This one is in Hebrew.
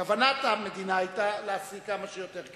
כוונת המדינה היתה להשיג כמה שיותר כסף,